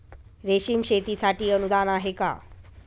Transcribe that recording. रेशीम शेतीसाठी अनुदान आहे का?